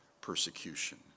persecution